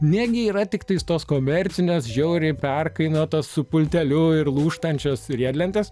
negi yra tiktai tos komercinės žiauriai perkainotas su pulteliu ir lūžtančios riedlentės